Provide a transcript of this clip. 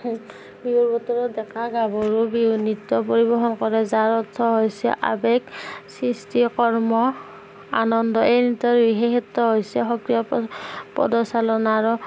বিহুৰ বতৰত ডেকা গাভৰু বিহু নৃত্য পৰিৱেশন কৰে যাৰ অৰ্থ হৈছে আৱেগ সৃষ্টিৰ কৰ্ম আনন্দ এই দুটা বিশেষত্ব হৈছে সক্ৰিয় পদচালনা আৰু